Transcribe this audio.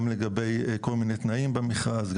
גם לגבי כל מיני תנאים במכרז.